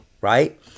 right